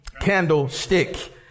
candlestick